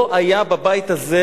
לא היה בבית הזה